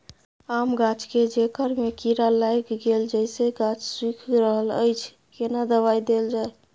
आम गाछ के जेकर में कीरा लाईग गेल जेसे गाछ सुइख रहल अएछ केना दवाई देल जाए?